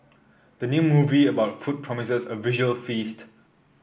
the new movie about food promises a visual feast